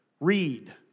read